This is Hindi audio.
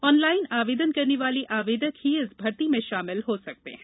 ऑनलाइन आवेदन करने वाले आवेदक ही इस भर्ती में शामिल हो सकते हैं